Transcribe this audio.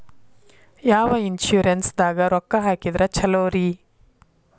ಯಾವ ಇನ್ಶೂರೆನ್ಸ್ ದಾಗ ರೊಕ್ಕ ಹಾಕಿದ್ರ ಛಲೋರಿ?